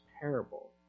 parable